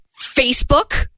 Facebook